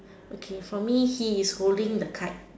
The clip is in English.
okay for me he is holding the kite